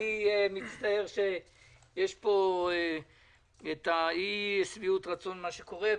אני מצטער שיש פה אי-שביעות רצון ממה שקורה.